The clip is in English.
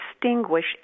distinguish